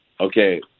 okay